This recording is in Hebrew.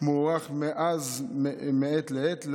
מוארך מאז מעת לעת,